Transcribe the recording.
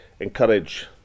encourage